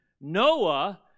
Noah